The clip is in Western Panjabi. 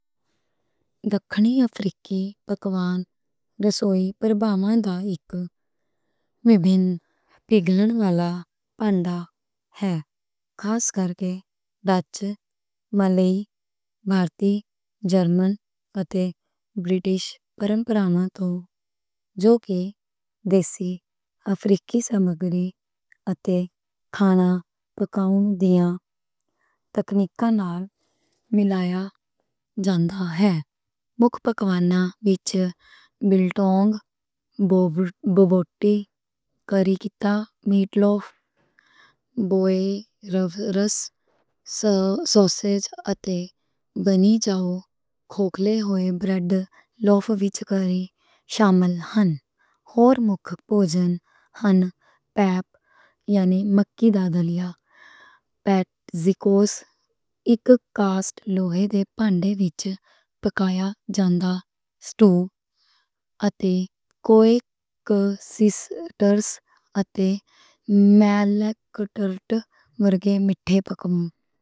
دکهنی افریقی پکوان بارے ایک کوکنگ گائیڈ ہے۔ خاص کرکے ملائی، بھارتی، جرمن تے انگلش روایتاں نال دیسی، افریقی سماگری تے کھانا پکاؤن دیاں تکنیکاں نال ملایا جاندا ہے۔ مکھی پکوان وچ بلٹانگ، بو بوٹی، کڑی، میٹ لوف، بوئروورس سوسج تے بنی چاؤ، کھوکلی ہوئی روٹی لوف وچ کڑی، شامل ہن۔ ہور مکھی پوجن ہن، پیپ، یعنی مکئی دا دلیہ، پوٹجی کوس، اک کاسٹ لوہے دے پاندے وچ پکایا جاندا سٹو، تے کوئک سسٹرز، تے میلک ٹارٹ ورگے مٹھے پکوان۔